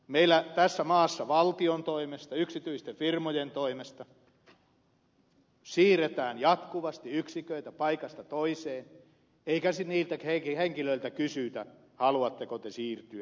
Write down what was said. meillä tässä maassa valtion toimesta yksityisten firmojen toimesta siirretään jatkuvasti yksiköitä paikasta toiseen eikä niiltä henkilöiltä kysytä haluatteko te siirtyä vai ei